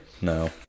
No